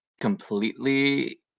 completely